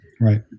right